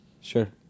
Sure